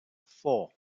four